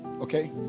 okay